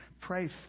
Pray